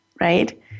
right